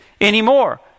anymore